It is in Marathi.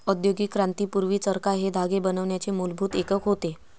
औद्योगिक क्रांती पूर्वी, चरखा हे धागे बनवण्याचे मूलभूत एकक होते